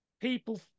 people –